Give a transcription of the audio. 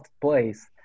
place